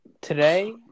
Today